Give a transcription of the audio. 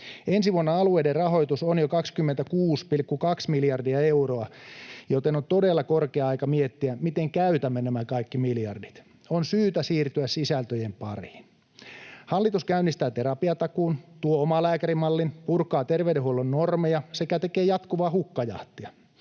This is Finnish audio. Ensi vuonna alueiden rahoitus on jo 26,2 miljardia euroa, joten on todella korkea aika miettiä, miten käytämme nämä kaikki miljardit. On syytä siirtyä sisältöjen pariin. Hallitus käynnistää terapiatakuun, tuo omalääkärimallin, purkaa terveydenhuollon normeja sekä tekee jatkuvaa hukkajahtia.